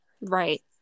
Right